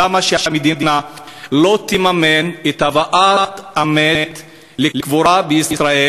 למה המדינה לא תממן את הבאת המת לקבורה בישראל?